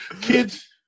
Kids